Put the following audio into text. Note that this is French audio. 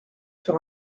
sur